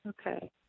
okay